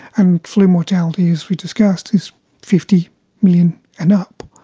and flu mortality, as we discussed, is fifty million and up.